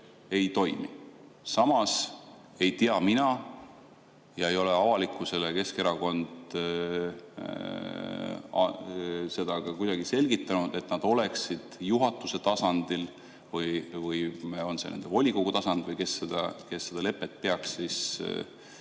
ei toimi. Samas ei tea mina ja ei ole avalikkusele Keskerakond seda ka kuidagi selgitanud, et nad oleksid juhatuse tasandil – või on see nende volikogu tasand või kes seda lepet peaks